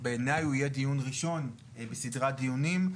ובעיניי הוא יהיה דיון ראשון בסדרת דיונים,